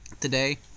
Today